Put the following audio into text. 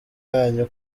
yanyu